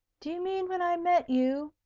do you mean when i met you?